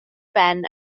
ben